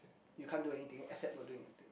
you can't do anything except for doing the thing